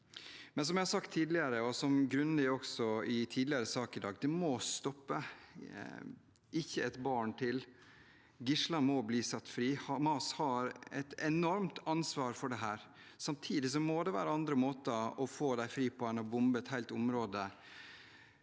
men som jeg har sagt tidligere, også grundig i en tidligere sak: Det må stoppe. Ikke ett barn til. Gislene må bli satt fri. Hamas har et enormt ansvar for dette. Samtidig må det være andre måter å få dem fri på enn å bombe et helt område